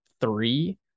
three